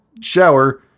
shower